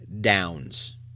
Downs